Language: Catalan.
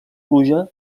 pluja